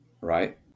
right